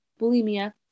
bulimia